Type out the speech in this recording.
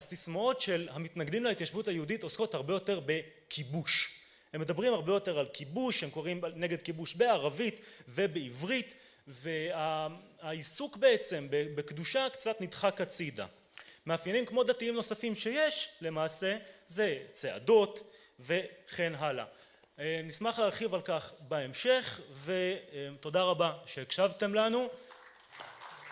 הסיסמאות של המתנגדים להתיישבות היהודית עוסקות הרבה יותר בכיבוש. הם מדברים הרבה יותר על כיבוש, הם קוראים נגד כיבוש בערבית ובעברית, והעיסוק בעצם בקדושה קצת נדחק הצידה. מאפיינים כמו דתיים נוספים שיש למעשה, זה צעדות וכן הלאה. נשמח להרחיב על כך בהמשך ותודה רבה שהקשבתם לנו.